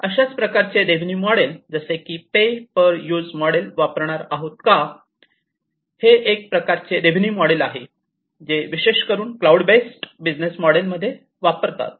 अशाच प्रकारे revenue model जसे की पे पर युज मॉडेल वापरणार आहोत का हे एका प्रकारचे रेवेन्यू मॉडेल आहे जे विशेष करून क्लाऊड बेस्ड बिझनेस मॉडेल मध्ये वापरतात